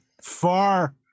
far